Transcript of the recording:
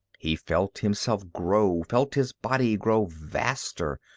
he felt himself grow, felt his body grow vaster,